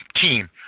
team